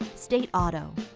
state auto,